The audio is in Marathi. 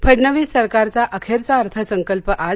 फडणवीस सरकारचा अखेरचा अर्थसंकल्प आज